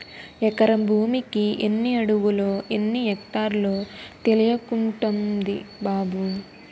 ఎకరం భూమికి ఎన్ని అడుగులో, ఎన్ని ఎక్టార్లో తెలియకుంటంది బాబూ